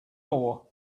ore